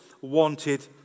wanted